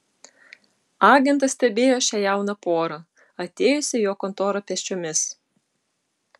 agentas stebėjo šią jauną porą atėjusią į jo kontorą pėsčiomis